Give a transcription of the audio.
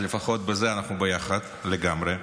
אז לפחות בזה אנחנו יחד לגמרי.